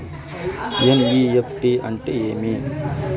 NEFT అంటే ఏమి